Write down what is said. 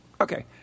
Okay